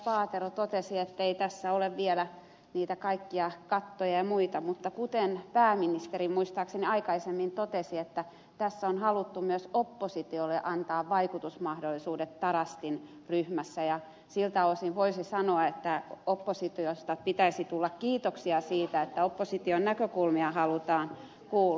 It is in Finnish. paatero totesi ettei tässä ole vielä niitä kaikkia kattoja ja muita mutta kuten pääministeri muistaakseni aikaisemmin totesi tässä on haluttu myös oppositiolle antaa vaikutusmahdollisuudet tarastin ryhmässä ja siltä osin voisi sanoa että oppositiosta pitäisi tulla kiitoksia siitä että opposition näkökulmia halutaan kuulla